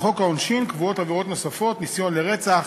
בחוק העונשין קבועות עבירות נוספות: ניסיון לרצח,